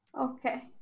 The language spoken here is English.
Okay